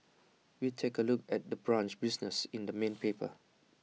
we take A look at the brunch business in the main paper